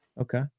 Okay